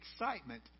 excitement